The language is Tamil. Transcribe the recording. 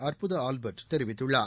அற்புத ஆல்பர்ட் தெரிவித்துள்ளார்